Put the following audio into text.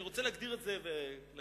אני רוצה להגדיר את זה וללכת